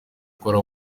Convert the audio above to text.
gukora